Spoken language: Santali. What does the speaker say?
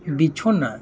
ᱵᱤᱪᱷᱚᱱᱟ